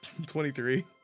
23